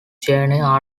jena